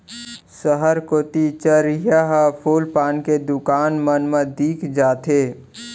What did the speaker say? सहर कोती चरिहा ह फूल पान के दुकान मन मा दिख जाथे